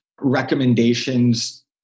recommendations